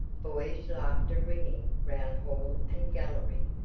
boyish laughter ringing round hall and gallery,